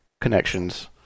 connections